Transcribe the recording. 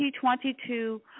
2022